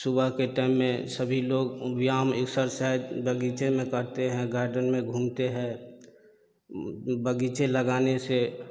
सुबह के टाइम में सभी लोग व्यायाम एक्सरसाइज़ बगीचे में करते हैं गार्डन में घूमते हैं बगीचे लगाने से